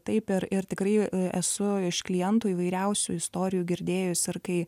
taip ir ir tikrai esu iš klientų įvairiausių istorijų girdėjus ir kai